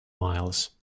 miles